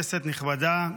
נכבדה,